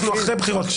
אנחנו אחרי בחירות.